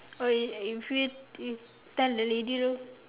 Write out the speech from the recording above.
oh if you you tell the lady lor